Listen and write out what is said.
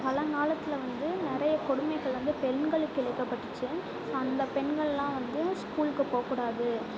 பழங்காலத்தில் வந்து நிறையா கொடுமைகள் வந்து பெண்களுக்கு இழைக்கப்பட்டுச்சு அந்த பெண்கள்லாம் வந்து ஸ்கூலுக்கு போகக்கூடாது